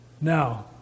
Now